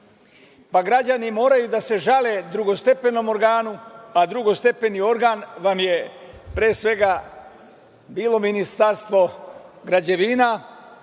pa građani moraju da se žale drugostepenom organu, pa drugostepeni organ vam je, pre svega, bilo Ministarstvo građevina,